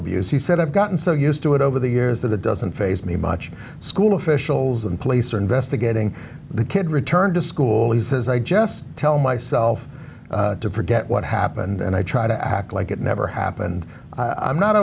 abuse he said i've gotten so used to it over the years that it doesn't faze me much school officials and police are investigating the kid returned to school he says i just tell myself to forget what happened and i try to act like it never happened i'm not